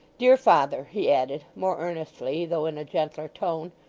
dear father he added, more earnestly though in a gentler tone,